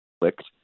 clicked